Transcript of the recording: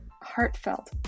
heartfelt